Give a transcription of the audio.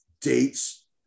dates